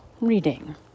Reading